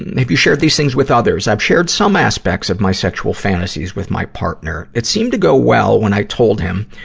have you shared these things with others? i've shared some aspects of my sexual fantasies with my partner. it seemed to go well when i told him.